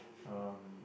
um